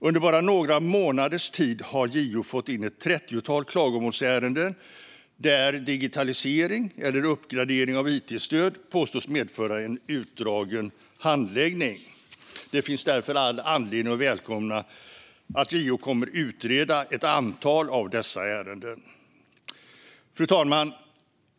Under bara några månaders tid har JO fått in ett trettiotal klagomålsärenden där digitalisering eller uppgradering av it-stöd påstås medföra en utdragen handläggning. Det finns därför all anledning att välkomna att JO kommer att utreda ett antal av dessa ärenden. Fru talman!